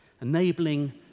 enabling